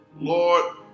Lord